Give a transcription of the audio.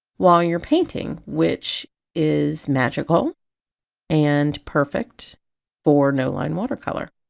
while you're painting which is magical and perfect for no-line watercolor.